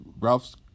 Ralph's